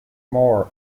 more